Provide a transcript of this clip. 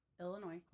illinois